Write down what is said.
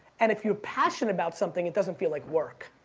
and if you're passion about something, it doesn't feel like work.